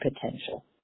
potential